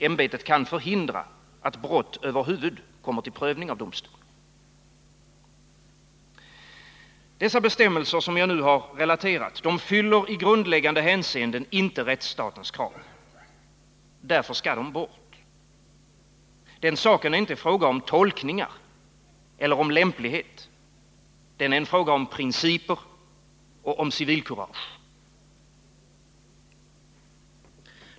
Ämbetet kan förhindra att brott över huvud kommer till prövning av domstol. Dessa bestämmelser som jag nu har relaterat fyller i grundläggande hänseenden inte rättsstatens krav. Därför skall de bort. Den saken är inte en fråga om tolkningar eller om lämplighet. Den är en fråga om principer och om civilkurage.